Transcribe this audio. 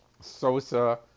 Sosa